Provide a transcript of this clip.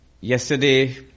Yesterday